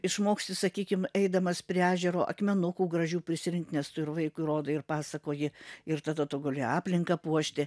išmoksti sakykim eidamas prie ežero akmenukų gražių prisirinkt nes tu ir vaikui rodai ir pasakoji ir tada tu guli aplinką puošti